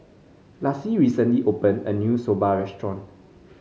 Laci recently opened a new Soba restaurant